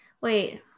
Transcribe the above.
wait